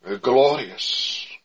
glorious